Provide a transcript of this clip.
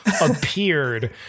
appeared